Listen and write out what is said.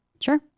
Sure